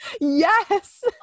Yes